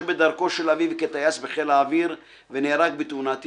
בדרכו של אביו כטייס בחיל האוויר ונהרג בתאונת אימונים.